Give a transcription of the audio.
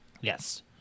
Yes